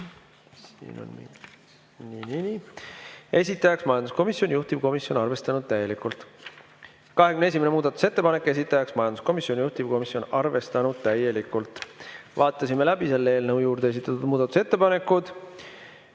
esitaja majanduskomisjon, juhtivkomisjon arvestanud täielikult. 21. muudatusettepanek, esitaja majanduskomisjon, juhtivkomisjon arvestanud täielikult. Vaatasime läbi selle eelnõu juurde kuulunud muudatusettepanekud.